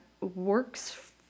works